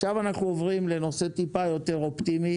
עכשיו אנחנו עוברים לנושא מעט יותר אופטימי